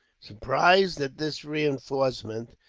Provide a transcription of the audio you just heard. surprised at this reinforcement,